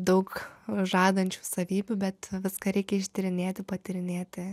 daug žadančių savybių bet viską reikia ištyrinėti patyrinėti